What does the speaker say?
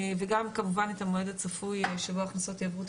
וגם כמובן את המועד הצפוי שבו ההכנסות יעברו את